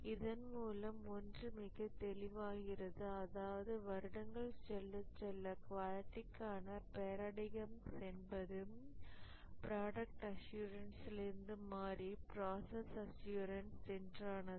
இதன் மூலம் ஒன்று மிகத் தெளிவாகிறது அதாவது வருடங்கள் செல்லச் செல்ல குவாலிட்டிகான பேராடைம்கள் என்பது ப்ராடக்ட் அஷ்யூரன்ஸிலிருந்து மாறி ப்ராசஸ் அஷ்யூரன்ஸ் என்றானது